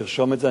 תרשום את זה.